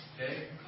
Okay